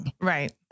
Right